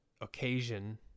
occasion